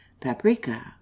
paprika